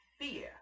fear